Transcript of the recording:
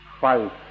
Five